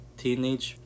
teenage